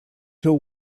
till